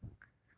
what's before